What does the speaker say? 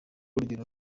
rugendo